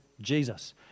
Jesus